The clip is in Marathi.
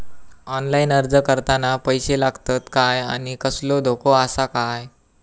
ऑनलाइन अर्ज करताना पैशे लागतत काय आनी कसलो धोको आसा काय?